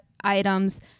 items